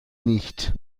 nicht